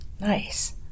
Nice